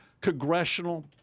congressional